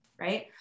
right